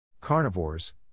Carnivores